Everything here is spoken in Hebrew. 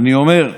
אני אומר,